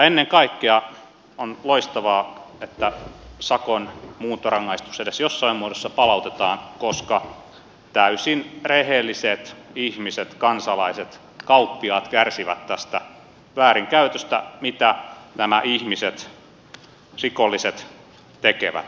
ennen kaikkea on loistavaa että sakon muuntorangaistus edes jossain muodossa palautetaan koska täysin rehelliset ihmiset kansalaiset kauppiaat kärsivät tästä väärinkäytöstä mitä nämä ihmiset rikolliset tekevät